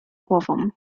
głową